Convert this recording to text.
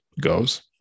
goes